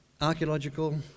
archaeological